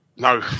No